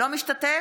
לא משתתף?